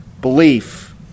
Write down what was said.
belief